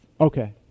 Okay